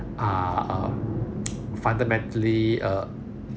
are uh fundamentally err